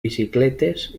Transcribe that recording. bicicletes